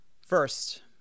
first